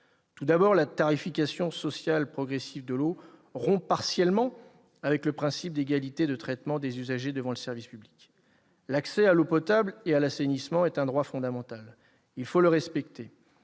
Tout d'abord, la tarification sociale progressive de l'eau rompt partiellement avec le principe d'égalité de traitement des usagers devant le service public. L'accès à l'eau potable et à l'assainissement est un droit fondamental. Il faut le respecter.